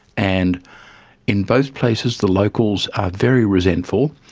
and in both places the locals are very resentful.